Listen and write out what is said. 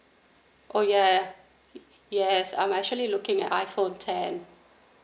oh yea yes I'm actually looking at iPhone ten